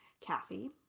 Kathy